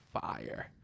fire